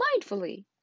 mindfully